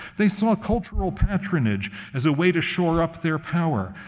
they saw cultural patronage as a way to shore up their power.